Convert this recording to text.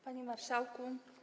Panie Marszałku!